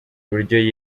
uburyo